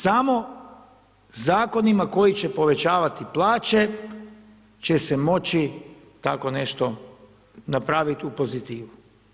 Samo zakonima koji će povećavati plaće će se moći tako nešto napraviti u pozitivu.